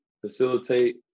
facilitate